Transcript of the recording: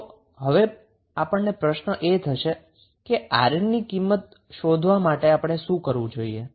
તો હવે આપણને પ્ર્શ્ન એ થશે કે 𝑅𝑁 ની કિંમત શોધવા માટે આપણે શું કરવું જોઈએ